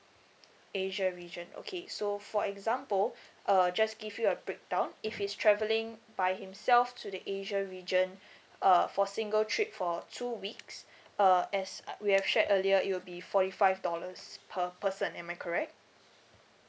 asia region okay so for example uh just give you a breakdown if he's travelling by himself to the asia region uh for single trip for two weeks uh as uh we have shared earlier it'll be forty five dollars per person am I correct